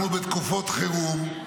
אנחנו בתקופות חירום,